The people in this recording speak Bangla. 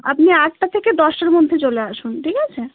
আপনি আটটা থেকে দশটার মধ্যে চলে আসুন ঠিক আছে